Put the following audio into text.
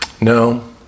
no